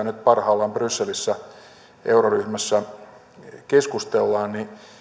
nyt parhaillaan brysselissä euroryhmässä keskustellaan